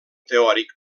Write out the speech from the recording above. teòric